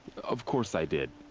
of course i did.